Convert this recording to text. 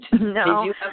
No